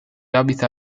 abita